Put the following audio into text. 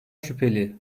şüpheli